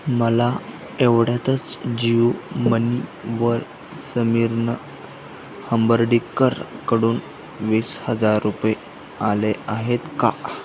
मला एवढ्यातच जिओ मनीवर समीरन हंबर्डीकरकडून वीस हजार रुपये आले आहेत का